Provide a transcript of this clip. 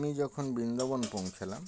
আমি যখন বৃন্দাবন পৌঁছলাম